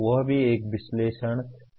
वह भी एक विश्लेषण गतिविधि है